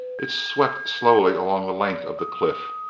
it swept slowly along the length of the cliff.